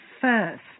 first